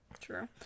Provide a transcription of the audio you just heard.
true